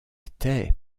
était